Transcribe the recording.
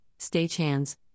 stagehands